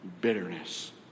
Bitterness